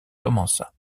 commença